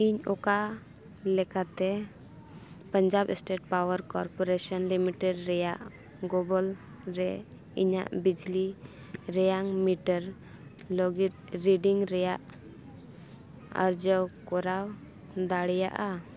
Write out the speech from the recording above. ᱤᱧ ᱚᱠᱟ ᱞᱮᱠᱟᱛᱮ Punjab state power corporation limited ᱨᱮᱭᱟᱜ ᱜᱚᱵᱚᱞ ᱨᱮ ᱤᱧᱟᱹᱜ ᱵᱤᱡᱽᱞᱤ ᱨᱮᱭᱟᱝ ᱢᱤᱴᱟᱨ ᱞᱟᱹᱜᱤᱫ ᱨᱮᱰᱤᱝ ᱨᱮᱭᱟᱜ ᱟᱨᱡᱟᱣ ᱠᱚᱨᱟᱣ ᱫᱟᱲᱮᱭᱟᱜᱼᱟ